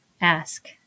ask